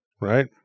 right